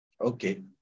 Okay